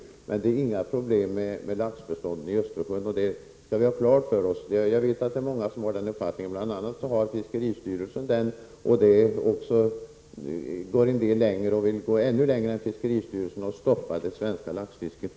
Laxbeståndet i Östersjön är emellertid inte något problem, och det skall vi ha klart för oss. Jag vet att många har den uppfattningen, bl.a. gäller det fiskeristyrelsen. En del vill också gå ännu längre än fiskeristyrelsen och stoppa det svenska laxfisket.